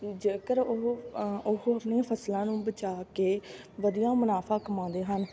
ਜੇਕਰ ਉਹ ਉਹ ਅਪਣੀਆਂ ਫਸਲਾਂ ਨੂੰ ਬਚਾ ਕੇ ਵਧੀਆ ਮੁਨਾਫ਼ਾ ਕਮਾਉਂਦੇ ਹਨ